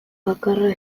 bakarra